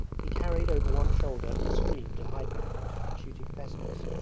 he carried over one shoulder a screen to hide behind when shooting pheasants,